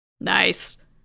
Nice